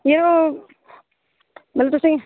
ओह् ओह् तुसेंगी